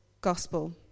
gospel